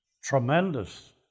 Tremendous